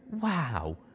Wow